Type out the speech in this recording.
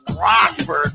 Rockford